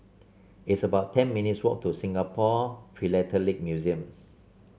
it's about ten minutes' walk to Singapore Philatelic Museum